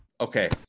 Okay